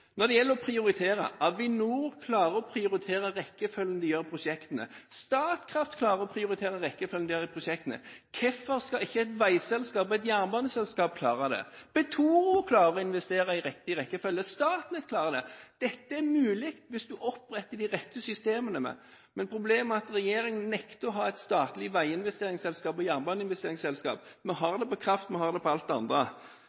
Når det gjelder å prioritere: Avinor klarer å prioritere rekkefølgen på prosjektene. Statkraft klarer å prioritere rekkefølgen på prosjektene. Hvorfor skal ikke et veiselskap og et jernbaneselskap klare det? Petoro klarer å investere i riktig rekkefølge, Statnett klarer det. Dette er mulig hvis man oppretter de rette systemene, men problemet er at regjeringen nekter å ha et statlig veiinvesteringsselskap og jernbaneinvesteringsselskap. Vi